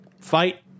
fight